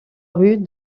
rue